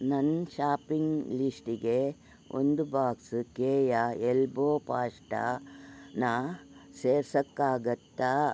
ನನ್ನ ಶಾಪಿಂಗ್ ಲಿಸ್ಟಿಗೆ ಒಂದು ಬಾಕ್ಸ್ ಕೇಯ ಎಲ್ಬೋ ಪಾಸ್ಟನ ಸೇರ್ಸೋಕ್ಕಾಗತ್ತಾ